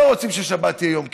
לא רוצים ששבת יהיה יום כיפור.